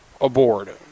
aboard